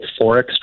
Forex